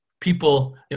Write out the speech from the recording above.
people